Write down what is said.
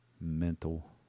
Mental